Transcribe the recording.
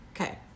Okay